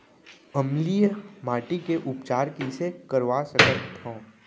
अम्लीय माटी के उपचार कइसे करवा सकत हव?